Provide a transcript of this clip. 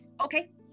Okay